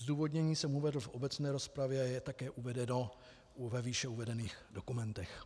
Zdůvodnění jsem uvedl v obecné rozpravě a je také uvedeno ve výše uvedených dokumentech.